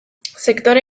sektore